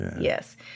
Yes